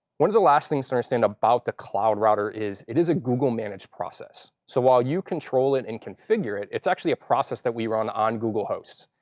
one of the last things to understand about the cloud router is that it is a google-managed process. so while you control it and configure it, it's actually a process that we run on google hosts.